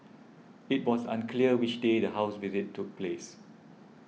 it was unclear which day the house visit took place